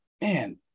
man